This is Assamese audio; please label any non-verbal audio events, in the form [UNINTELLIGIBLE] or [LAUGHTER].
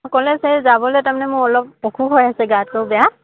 অকলে [UNINTELLIGIBLE] যাবলৈ তাৰমানে মোৰ অলপ অসুখ হৈ আছে গাটো বেয়া